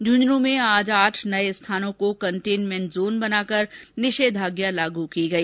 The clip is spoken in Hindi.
झंझन् में आज आठ नये स्थानों को कंटेनमेंट जोन बनाकर निषेधाज्ञा लागू की गई